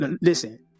listen